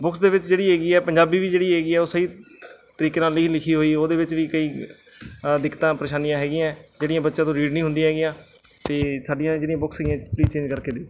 books ਦੇ ਵਿੱਚ ਜਿਹੜੀ ਹੈਗੀ ਹੈ ਪੰਜਾਬੀ ਵੀ ਜਿਹੜੀ ਹੈਗੀ ਹੈ ਉਹ ਸਹੀ ਤਰੀਕੇ ਨਾਲ ਨਹੀਂ ਲਿਖੀ ਹੋਈ ਉਹਦੇ ਵਿੱਚ ਵੀ ਕਈ ਦਿੱਕਤਾਂ ਪਰੇਸ਼ਾਨੀਆਂ ਹੈਗੀਆਂ ਜਿਹੜੀਆਂ ਬੱਚਿਆਂ ਤੋਂ ਰੀਡ ਨਹੀਂ ਹੁੰਦੀਆਂ ਹੈਗੀਆਂ ਅਤੇ ਸਾਡੀਆਂ ਜਿਹੜੀਆਂ ਬੁੱਕਸ ਸੀਗੀਆਂ ਪਲੀਜ਼ ਚੇਂਜ ਕਰਕੇ ਦਿਓ